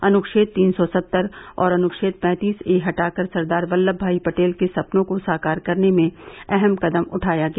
अनुछेद तीन सौ सत्तर और अनुछेद पैंतीस ए हटाकर सरदार वल्लभभाई पटेल के सपनों को साकार करने में अहम कदम उठाया गया